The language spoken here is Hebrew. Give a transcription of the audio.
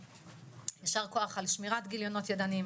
יישר כוח על שמירת גיליונות ידניים,